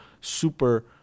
super